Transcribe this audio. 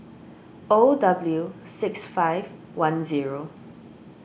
O W six five one zero